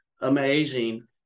amazing